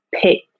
pick